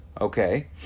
Okay